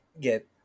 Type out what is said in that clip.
get